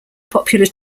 popular